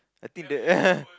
I think the